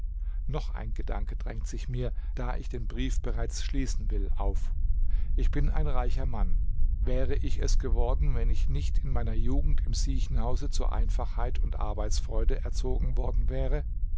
noch ein gedanke drängt sich mir da ich den brief bereits schließen will auf ich bin ein reicher mann wäre ich es geworden wenn ich nicht in meiner jugend im siechenhause zur einfachheit und arbeitsfreude erzogen worden wäre